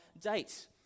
date